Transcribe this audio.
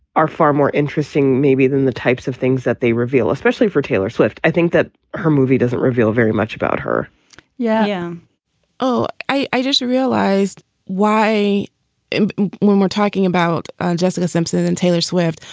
are far more interesting maybe than the types of things that they reveal, especially for taylor swift. i think that her movie doesn't reveal very much about her yeah oh, i i just realized why and when we're talking about jessica simpson and and taylor swift,